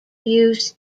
use